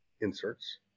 inserts